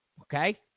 Okay